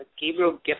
Gabriel